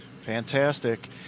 fantastic